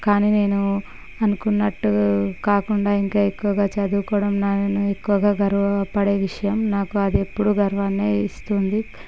కానీ నేను అనుకున్నట్టు కాకుండా ఇంకా ఎక్కువగా చదువుకోవడం నేను ఎక్కువగా గర్వపడే విషయం నాకు అది ఎప్పుడు గర్వాన్నే ఇస్తుంది